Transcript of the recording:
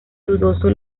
dudoso